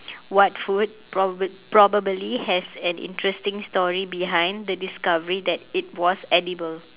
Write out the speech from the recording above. what food probab~ probably has an interesting story behind the discovery that it was edible